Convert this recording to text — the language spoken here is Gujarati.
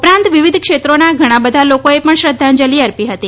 ઉપરાંત વિવિધ ક્ષેત્રોના ઘણા બધા લોકોએ પણ શ્રદ્ધાંજલી અર્પી હતી